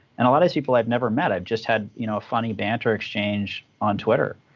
and a lot of these people i've never met, i've just had you know a funny banter exchange on twitter.